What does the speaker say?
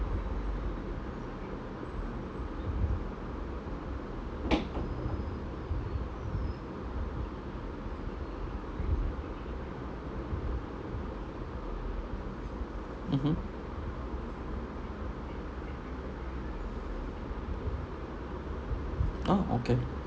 mmhmm oh okay